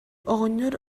оҕонньор